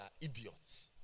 idiots